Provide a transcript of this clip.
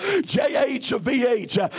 J-H-V-H